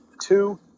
two